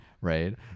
right